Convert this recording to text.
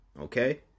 Okay